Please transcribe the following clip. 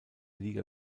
liga